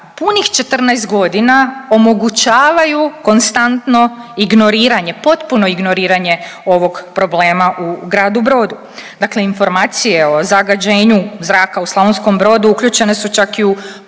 punih 14 godina omogućavaju konstantno ignoriranje, potpuno ignoriranje ovog problema u gradu Brodu. Dakle, informacije o zagađenju zraka u Slavonskom brodu uključene su čak i u